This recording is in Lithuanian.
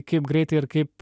kaip greitai ir kaip